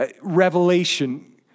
Revelation